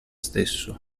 stesso